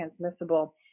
transmissible